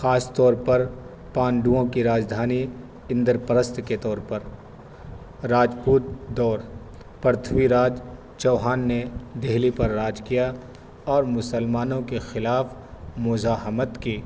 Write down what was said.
خاص طور پر پانڈوؤں کی راجدھانی اندر پرست کے طور پر راجپوت دور پرتھوی راج چوہان نے دہلی پر راج کیا اور مسلمانوں کے خلاف مزاحمت کی